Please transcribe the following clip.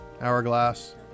hourglass